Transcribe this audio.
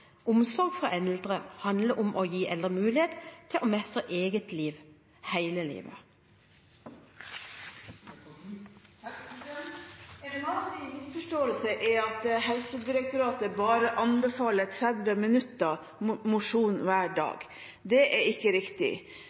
Omsorg for eldre handler om å gi eldre mulighet til å mestre eget liv hele livet. En vanlig misforståelse er at Helsedirektoratet anbefaler bare 30 minutter med mosjon hver dag. Det er ikke riktig.